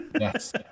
Yes